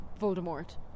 Voldemort